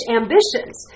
ambitions